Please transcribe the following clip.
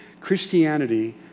Christianity